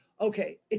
Okay